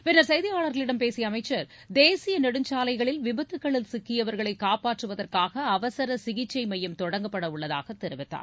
பின்னர் செய்தியாளர்களிடம் பேசிய அமைச்சர் தேசிய நெடுஞ்சாலைகளில் விபத்துக்களில் சிக்கியவர்களை காப்பாற்றுவதற்காக அவசர சிகிச்சை மையம் தொடங்கப்படவுள்ளதாக தெரிவித்தார்